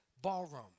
ballroom